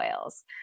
oils